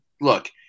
look